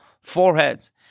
foreheads